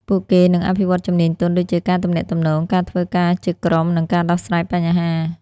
ពួកគេនឹងអភិវឌ្ឍជំនាញទន់ ដូចជា ការទំនាក់ទំនង ការធ្វើការជាក្រុម និងការដោះស្រាយបញ្ហា។